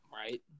right